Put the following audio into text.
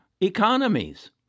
economies